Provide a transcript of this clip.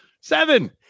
Seven